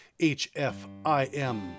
hfim